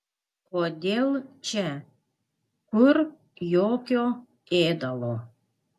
kodėl čia kur jokio ėdalo